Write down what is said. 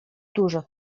dużo